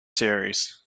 series